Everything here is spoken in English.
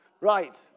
Right